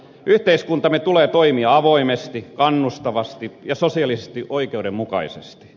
yhteiskuntamme tulee toimia avoimesti kannustavasti ja sosiaalisesti oikeudenmukaisesti